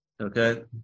Okay